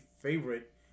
favorite